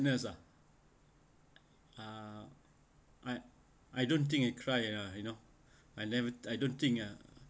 ah uh I I don't think I cry lah you know I never I don't think ah